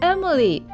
Emily